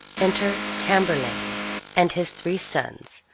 enter tamburlaine and his three sons,